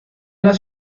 las